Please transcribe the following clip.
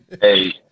Hey